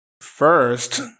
first